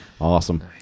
Awesome